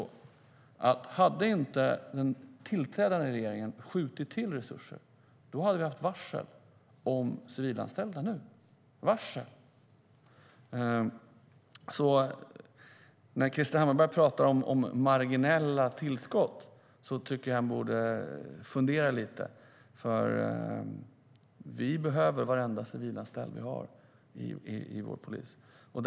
Om den tillträdande regeringen inte hade skjutit till resurser skulle vi nu ha haft varsel för civilanställda. När Krister Hammarbergh talar om marginella tillskott tycker jag att han borde fundera lite, för vi behöver varenda civilanställd vi har inom polisen.